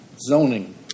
zoning